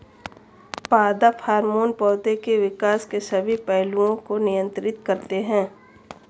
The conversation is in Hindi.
पादप हार्मोन पौधे के विकास के सभी पहलुओं को नियंत्रित करते हैं